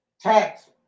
tax